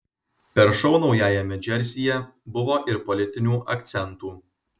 per šou naujajame džersyje buvo ir politinių akcentų